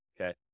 Okay